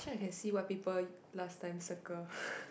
actually I can see what people last time circle